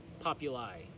populi